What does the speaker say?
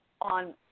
on